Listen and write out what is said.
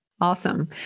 awesome